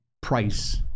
price